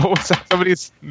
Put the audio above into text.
Somebody's